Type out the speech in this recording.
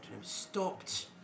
stopped